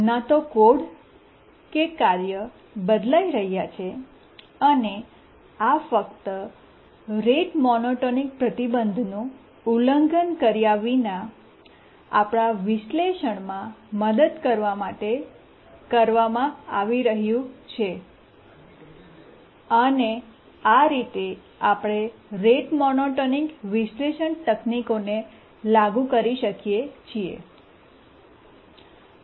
ન તો કોડ કે કાર્ય બદલાઈ રહ્યા છે અને આ ફક્ત રેટ મોનોટોનિક પ્રતિબંધનું ઉલ્લંઘન કર્યા વિના આપણા વિશ્લેષણમાં મદદ કરવા માટે કરવામાં આવી રહ્યું છે અને આ રીતે આપણે રેટ મોનોટોનિક વિશ્લેષણ તકનીકોને લાગુ કરી શકીએ છીએ